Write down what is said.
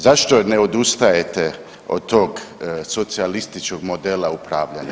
Zašto ne odustajete od tog socijalističkog modela upravljanja?